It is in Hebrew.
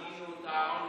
גינינו אותם.